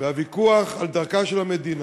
והוויכוח על דרכה של המדינה,